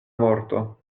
morto